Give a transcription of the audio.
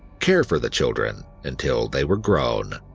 care for the children until they were grown.